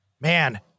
Man